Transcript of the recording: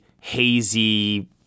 hazy